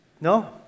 No